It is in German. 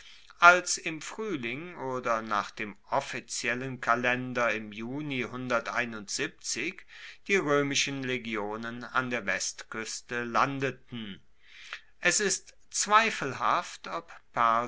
als im fruehling oder nach dem offiziellen kalender im juni die roemischen legionen an der westkueste landeten es ist zweifelhaft ob